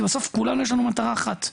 כי בסוף, לכולנו יש מטרה אחת.